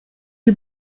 die